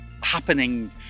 happening